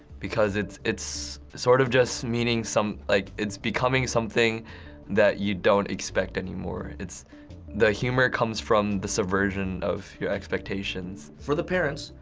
because it's it's sort of just meaning some like it's becoming something that you don't expect anymore. the humor comes from the subversion of your expectations. for the parents,